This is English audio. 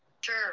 Sure